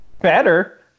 better